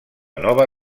nova